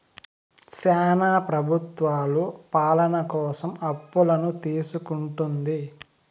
శ్యానా ప్రభుత్వాలు పాలన కోసం అప్పులను తీసుకుంటుంది